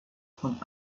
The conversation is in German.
von